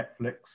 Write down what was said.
netflix